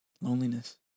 Loneliness